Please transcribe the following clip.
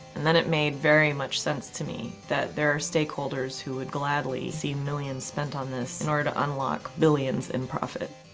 and then it made very much sense to me that there are stakeholders that would gladly see millions spent on this in order to unlock billions in profit.